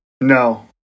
No